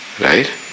right